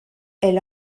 elle